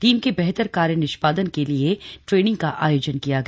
team के बेहतर कार्य निष्पादन के लिए ट्रेनिंग का आयोजन किया गया